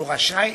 והוא רשאי